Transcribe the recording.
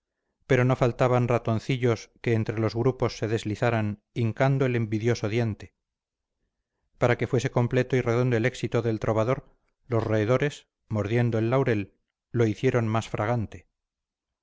pero no faltaban ratoncillos que entre los grupos se deslizaran hincando el envidioso diente para que fuese completo y redondo el éxito de el trovador los roedores mordiendo el laurel lo hicieron más fragante